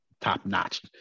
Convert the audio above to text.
top-notch